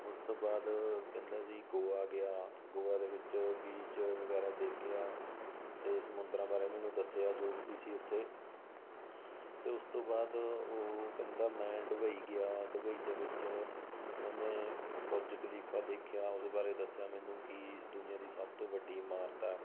ਉਸ ਤੋਂ ਬਾਅਦ ਕਹਿੰਦਾ ਸੀ ਗੋਆ ਗਿਆ ਗੋਆ ਦੇ ਵਿੱਚ ਬੀਚ ਵਗੈਰਾ ਦੇਖਿਆ ਅਤੇ ਸਮੁੰਦਰਾਂ ਬਾਰੇ ਮੈਨੂੰ ਦੱਸਿਆ ਜੋ ਵੀ ਸੀ ਉੱਥੇ ਅਤੇ ਉਸ ਤੋਂ ਬਾਅਦ ਉਹ ਕਹਿੰਦਾ ਮੈਂ ਡਬਈ ਗਿਆ ਡਬਈ ਦੇ ਵਿੱਚ ਉਹਨੇ ਬੁਰਜ ਖਲੀਫਾ ਦੇਖਿਆ ਉਸ ਬਾਰੇ ਦੱਸਿਆ ਮੈਨੂੰ ਕਿ ਦੁਨੀਆ ਦੀ ਸਭ ਤੋਂ ਵੱਡੀ ਇਮਾਰਤ ਆ